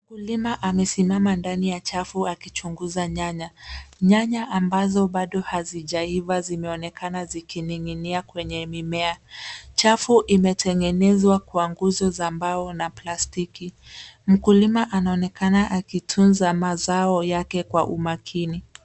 Mkulima amesimama ndani ya chafu akichunguza nyanya. Nyanya ambazo bado hazijaiva zimeonekana zikining'inia kwenye mimea. chafu imetengenezwa kwa nguzo za mbao na plastiki. Mkulima anaonekana akitunza mazao yake kwa umakini.